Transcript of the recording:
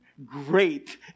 Great